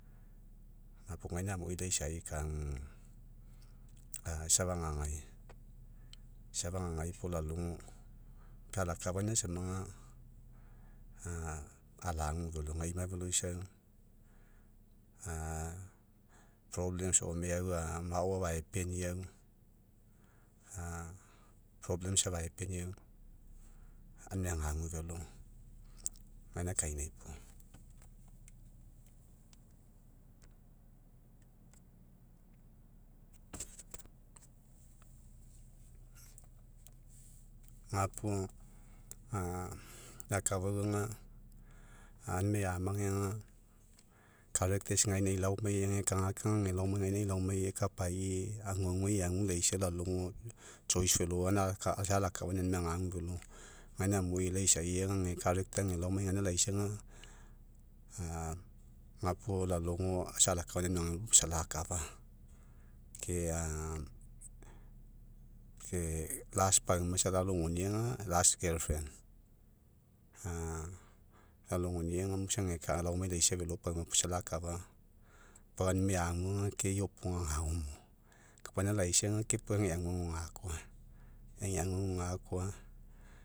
Gapuo gaina amui laisai, isa fagagai. Isa fagagai puo, lalogo alakafania sama, a alagu velo. Ageima veloisau, a o meau mao agaefeniau, afae pinau, aunimai agu velo. Gaina kainai puo. Gapuo a, lau akafau auga, ainimai amage gainai, laomai, age kagakaga, age laomai, age laomai ekapai aguagu ai, eagu laisa lalogo velo isa alakafania aunima agu velo. Gaina amui laisai, aga age laoma laisaga, a gapuo lalogo, isa alakafaina aunimai agu velo, gapuo isa lakafa. ke pauma isa lalogonia ga, lalogonia ga, isa laomai, laisa velo pauma puo lakafa. Pau aunimai aguga, ke iopoga agao mo. Kapaina laisa ga ke pa agugua gakoa. Ega aguagu gakoa.